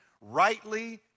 rightly